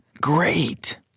Great